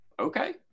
okay